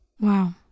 Wow